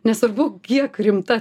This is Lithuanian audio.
nesvarbu kiek rimta